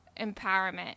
empowerment